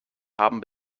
haben